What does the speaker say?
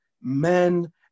men